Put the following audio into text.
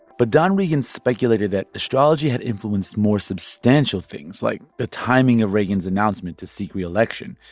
but don regan speculated that astrology had influenced more substantial things, like the timing of reagan's announcement to seek reelection,